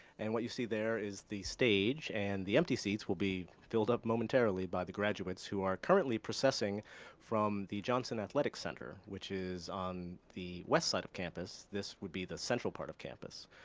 and what you see there is the stage, and the empty seats will be filled up momentarily by the graduates who are currently processing from the johnson athletic center, which is on the west side of campus. this would be the central part of campus.